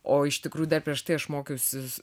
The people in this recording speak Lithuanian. o iš tikrųjų dar prieš tai aš mokiausi